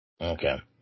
Okay